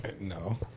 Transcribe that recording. No